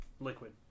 liquid